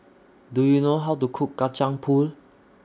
Do YOU know How to Cook Kacang Pool